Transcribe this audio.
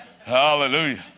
Hallelujah